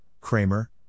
Kramer